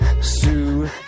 Sue